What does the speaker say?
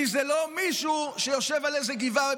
כי זה לא מישהו שיושב על איזו גבעה